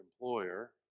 employer